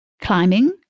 climbing